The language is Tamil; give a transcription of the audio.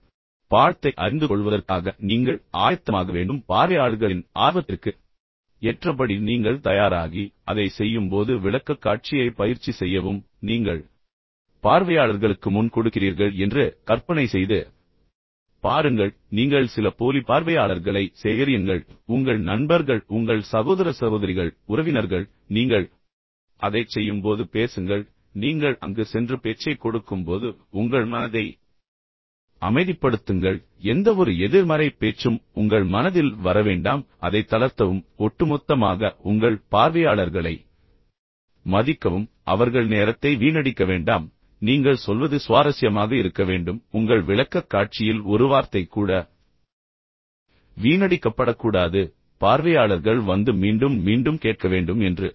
எனவே பாடத்தை அறிந்து கொள்வதற்காக நீங்கள் ஆயத்தமாக வேண்டும் பார்வையாளர்களின் ஆர்வம் என்ன என்பதை நன்கு தெரிந்து கொள்ள வேண்டும் அதன்படி நீங்கள் தயாராகி அதை செய்யும்போது விளக்கக்காட்சியை பயிற்சி செய்யவும் நீங்கள் பார்வையாளர்களுக்கு முன் கொடுக்கிறீர்கள் என்று கற்பனை செய்து பாருங்கள் நீங்கள் சில போலி பார்வையாளர்களை சேகரியுங்கள் உங்கள் நண்பர்கள் உங்கள் சகோதர சகோதரிகள் உறவினர்கள் பின்னர் நீங்கள் அதைச் செய்யும்போது பேசுங்கள் உண்மையில் நீங்கள் அங்கு சென்று பேச்சைக் கொடுக்கும்போது உங்கள் மனதை அமைதிப்படுத்துங்கள் எந்தவொரு எதிர்மறை பேச்சும் உங்கள் மனதில் வர வேண்டாம் அதை தளர்த்தவும் ஒட்டுமொத்தமாக உங்கள் பார்வையாளர்களை மதிக்கவும் அவர்கள் நேரத்தை வீணடிக்க வேண்டாம் நீங்கள் சொல்வது சுவாரஸ்யமாக இருக்க வேண்டும் உங்கள் விளக்கக்காட்சியில் ஒரு வார்த்தை கூட வீணடிக்கப்படக்கூடாது பார்வையாளர்கள் வந்து மீண்டும் மீண்டும் கேட்க வேண்டும் என்று உணர வேண்டும்